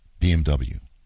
BMW